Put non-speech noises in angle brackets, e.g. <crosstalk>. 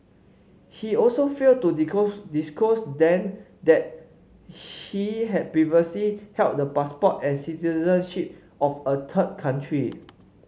he also failed to <unintelligible> disclose then that he had previously held the passport and citizenship of a third country